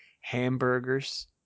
hamburgers